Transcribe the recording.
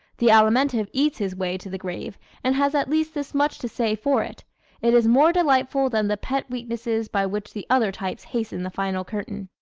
the alimentive eats his way to the grave and has at least this much to say for it it is more delightful than the pet weaknesses by which the other types hasten the final curtain.